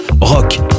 Rock